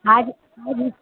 आज आज ही